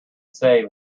save